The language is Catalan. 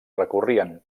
recorrien